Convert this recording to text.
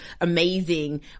amazing